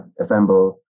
Assemble